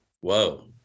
Whoa